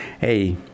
hey